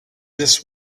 this